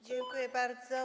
Dziękuję bardzo.